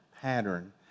pattern